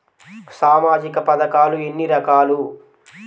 సామాజిక పథకాలు ఎన్ని రకాలు?